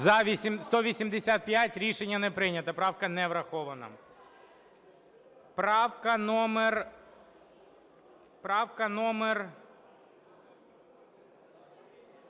За-185 Рішення не прийнято. Правка не врахована.